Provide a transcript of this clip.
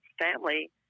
family